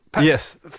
Yes